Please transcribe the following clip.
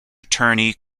attorney